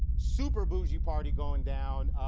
super boujee party going down,